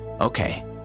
Okay